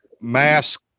mask